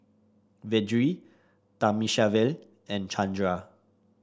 Vedre Thamizhavel and Chandra